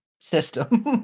system